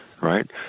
right